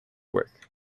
work